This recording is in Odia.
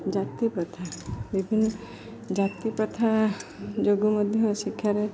ଜାତିପ୍ରଥା ବିଭିନ୍ନ ଜାତିପ୍ରଥା ଯୋଗୁଁ ମଧ୍ୟ ଶିକ୍ଷାରେ